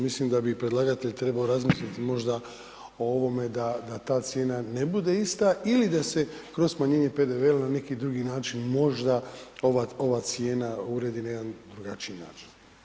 Mislim da bi i predlagatelj trebao razmisliti možda o ovome da ta cijena ne bude ista ili da se kroz smanjenje PDV-a ili na neki drugi način možda ova cijena uredi na jedan drugačiji način.